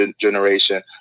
generation